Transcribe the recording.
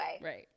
Right